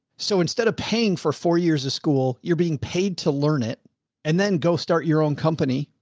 so instead of paying for four years of school, you're being paid to learn it and then go start your own company.